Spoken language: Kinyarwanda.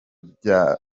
bya